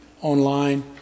online